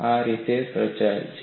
આ આ રીતે રચાયેલ છે